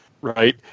right